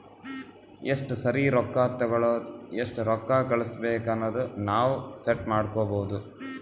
ಎಸ್ಟ ಸರಿ ರೊಕ್ಕಾ ತೇಕೊಳದು ಎಸ್ಟ್ ರೊಕ್ಕಾ ಕಳುಸ್ಬೇಕ್ ಅನದು ನಾವ್ ಸೆಟ್ ಮಾಡ್ಕೊಬೋದು